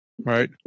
right